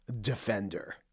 Defender